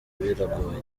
biragoye